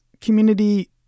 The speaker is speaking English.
community